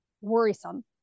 worrisome